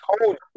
told